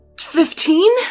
Fifteen